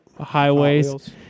highways